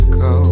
go